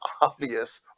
obvious